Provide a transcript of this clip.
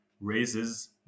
raises